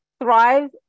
thrive